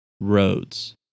roads